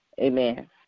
Amen